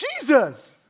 Jesus